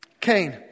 Cain